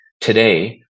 Today